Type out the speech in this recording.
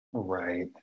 Right